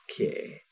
Okay